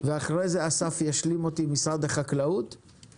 ואחרי זה אסף ממשרד החקלאות ישלים אותי,